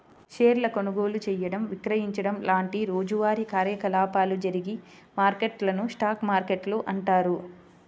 షేర్ల కొనుగోలు చేయడం, విక్రయించడం లాంటి రోజువారీ కార్యకలాపాలు జరిగే మార్కెట్లను స్టాక్ మార్కెట్లు అంటారు